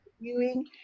viewing